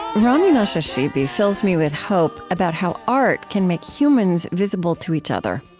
rami nashashibi fills me with hope about how art can make humans visible to each other.